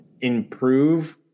improve